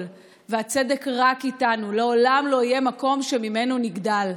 והצדק רק איתנו לעולם לא יהיה מקום שממנו נגדל.